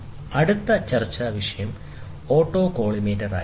അടുത്ത ചർച്ചാവിഷയം ഓട്ടോകോളിമേറ്റർ ആയിരിക്കും